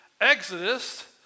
Exodus